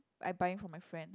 I buying for my friend